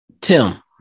Tim